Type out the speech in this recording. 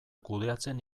kudeatzen